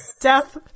Death